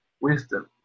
wisdom